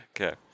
okay